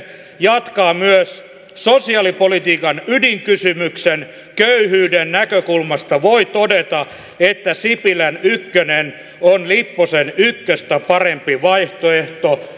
jatkaa myös sosiaalipolitiikan ydinkysymyksen köyhyyden näkökulmasta voi todeta että sipilän ykkönen on lipposen ykköstä parempi vaihtoehto